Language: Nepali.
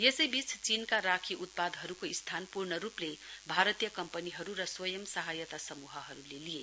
यसै बीच चीनमा राखी उत्पादनको स्थान पूर्ण रूपले भारतीय कम्पनी र स्वयं सहायता समूहहरूले लिए